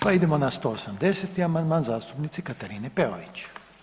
Pa idemo na 180. amandman zastupnice Katarine Peović.